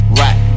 right